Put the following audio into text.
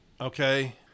okay